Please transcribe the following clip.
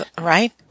right